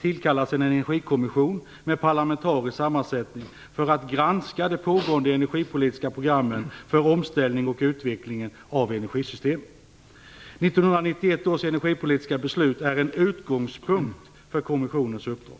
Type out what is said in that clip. tillkallades en energikommission med parlamentarisk sammansättning för att granska de pågående energipolitiska programmen för omställningen och utvecklingen av energisystemet. 1991 års energipolitiska beslut är en utgångspunkt för kommissionens uppdrag.